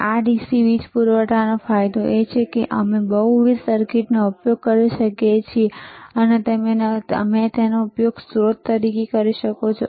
આ DC વીજ પૂરવઠાનો ફાયદો એ છે કે અમે બહુવિધ સર્કિટનો ઉપયોગ કરી શકીએ છીએ અને તમે તેનો ઉપયોગ સ્ત્રોત તરીકે કરી શકો છો